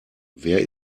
wer